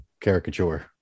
caricature